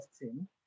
team